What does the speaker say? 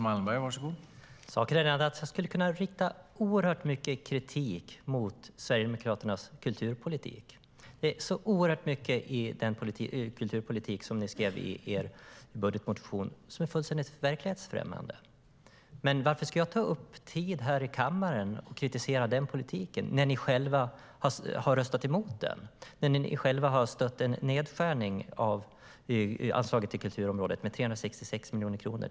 Herr talman! Saken är den att jag skulle kunna rikta oerhört mycket kritik mot Sverigedemokraternas kulturpolitik. Det är oerhört mycket i den kulturpolitik som ni skrev om i er budgetmotion som är fullständigt verklighetsfrämmande, Aron Emilsson. Varför ska jag ta upp tid här i kammaren för att kritisera den politiken när ni själva har röstat emot den och stött en nedskärning av anslaget till kulturområdet med 366 miljoner kronor?